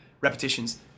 repetitions